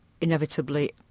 inevitably